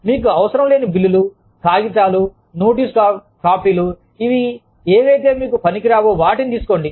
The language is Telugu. మీకు అవసరం లేని బిల్లులు కాగితాలు నోటీసు కాపీలు ఏవిఅయితే మీకు పనికిరాని వాటిని తీసుకోండి